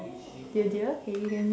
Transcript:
dear dear can you hear me